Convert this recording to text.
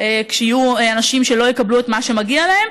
כשיהיו אנשים שלא יקבלו את מה שמגיע להם,